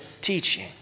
teaching